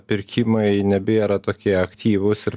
pirkimai nebėra tokie aktyvūs ir